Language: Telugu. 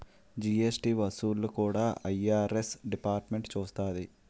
జీఎస్టీ వసూళ్లు కూడా ఐ.ఆర్.ఎస్ డిపార్ట్మెంటే చూస్తాది